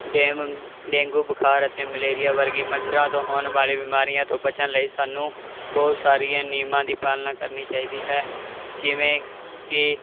dam dengue ਬੁਖਾਰ ਅਤੇ malaria ਵਰਗੀ ਮੱਛਰਾਂ ਤੋਂ ਹੋਣ ਵਾਲੀ ਬਿਮਾਰੀਆਂ ਤੋਂ ਬਚਣ ਲਈ ਸਾਨੂੰ ਬਹੁਤ ਸਾਰੀਆਂ ਨਿਯਮਾਂ ਦੀ ਪਾਲਣਾ ਕਰਨੀ ਚਾਹੀਦੀ ਹੈ ਜਿਵੇਂ ਕਿ